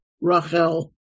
Rachel